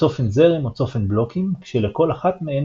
צופן זרם או צופן בלוקים כשלכל אחת מהן